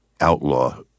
outlaw